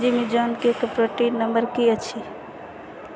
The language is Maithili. जिमी जॉनके कॉर्पोरेट नंबर की अछि